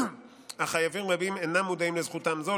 אך חייבים רבים אינם מודעים לזכותם זו,